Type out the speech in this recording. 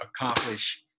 accomplish